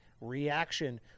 reaction